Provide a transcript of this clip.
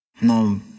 No